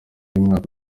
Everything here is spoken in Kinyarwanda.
y’umwaka